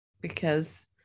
because-